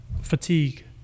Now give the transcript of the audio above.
fatigue